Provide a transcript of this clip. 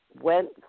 Went